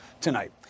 tonight